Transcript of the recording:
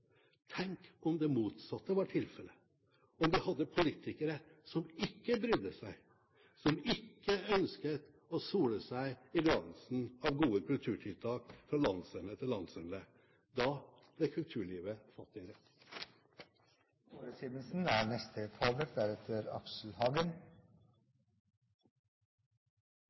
Tenk om det motsatte var tilfellet – om vi hadde politikere som ikke brydde seg, som ikke ønsket å sole seg i glansen av gode kulturtiltak fra landsende til landsende. Da ble kulturlivet fattigere. Ytringsfriheten er noe av det